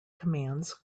commands